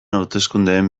hauteskundeen